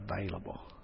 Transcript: available